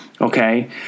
okay